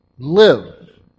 live